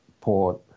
port